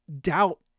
doubt